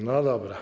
No dobra.